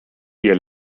ihr